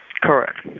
Correct